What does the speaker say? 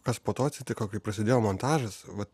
kas po to atsitiko kai prasidėjo montažas va